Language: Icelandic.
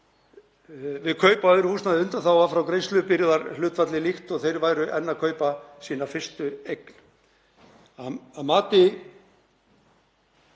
við kaup á öðru húsnæði undanþága frá greiðslubyrðarhlutfalli líkt og þeir væru enn að kaupa sína fyrstu eign.